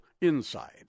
inside